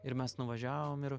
ir mes nuvažiavom ir